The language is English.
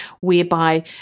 whereby